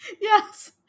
Yes